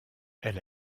elle